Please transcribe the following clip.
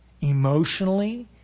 emotionally